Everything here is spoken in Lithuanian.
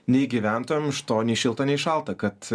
nei gyventojams iš to nei šilta nei šalta kad